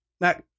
Now